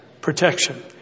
protection